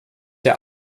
der